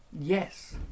Yes